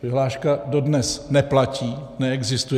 Vyhláška dodnes neplatí, neexistuje.